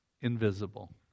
invisible